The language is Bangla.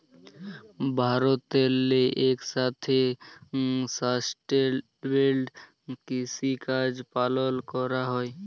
ভারতেল্লে ইকসাথে সাস্টেলেবেল কিসিকাজ পালল ক্যরা হ্যয়